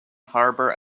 harbour